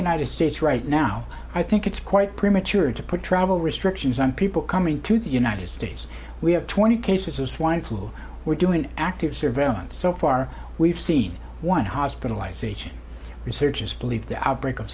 united states right now i think it's quite premature to put travel restrictions on people coming to the united states we have twenty cases of swine flu we're doing active surveillance so far we've seen one hospitalized researchers believe the outbreak of